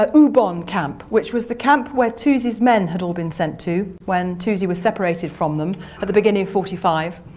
ubon camp which was the camp where toosey's men had all been sent to when toosey was separated from them at the beginning of forty five.